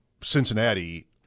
Cincinnati